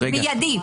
מיידית.